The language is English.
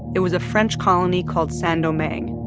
it was a french colony called saint-domingue.